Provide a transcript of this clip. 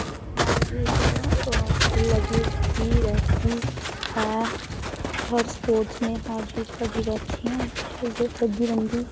हार जीत लगी ई रौंह्दी ऐ हर स्पोर्टस में हार जीत लगी रैह्ती है केह् बोलदे लग्गी रौंह्दी